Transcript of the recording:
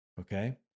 okay